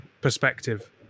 perspective